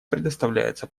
предоставляется